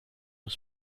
des